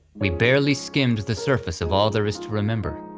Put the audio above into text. we barely skimmed the surface of all there is to remember,